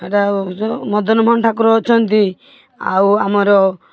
ହେଇଟା ମଦନମୋହନ ଠାକୁର ଅଛନ୍ତି ଆଉ ଆମର